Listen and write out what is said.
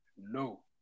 no